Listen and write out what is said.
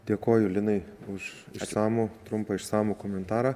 dėkoju linai už išsamų trumpą išsamų komentarą